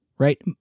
Right